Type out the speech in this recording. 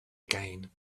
again